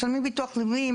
משלמים ביטוח לאומי,